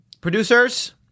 Producers